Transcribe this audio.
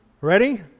Ready